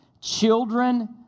Children